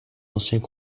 anciens